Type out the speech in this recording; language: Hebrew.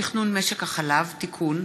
הצעת חוק תכנון משק החלב (תיקון,